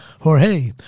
Jorge